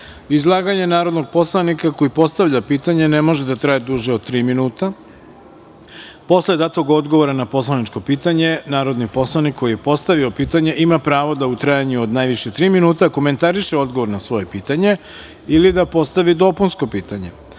pitanja. Izlaganje narodnog poslanika koji postavlja pitanje ne može da traje duže od tri minuta. Posle datog odgovora na poslaničko pitanje narodni poslanik koji je postavio pitanje ima pravo da u trajanju od najviše tri minuta komentariše odgovor na svoje pitanje ili da postavi dopunsko pitanje. Po